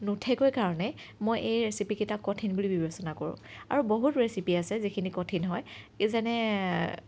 নুঠেগৈ কাৰণে মই এই ৰেচিপি কেইটা কঠিন বুলি বিবেচনা কৰোঁ আৰু বহুত ৰেচিপি আছে যিখিনি কঠিন হয় এই যেনে